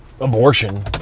abortion